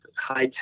high